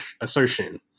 assertion